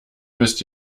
müsst